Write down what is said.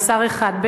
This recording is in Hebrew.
לשר אחד,